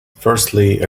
firstly